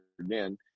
again